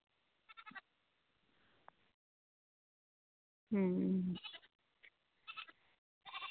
ᱦᱩᱸ